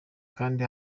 kandi